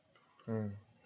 mm